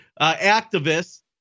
activists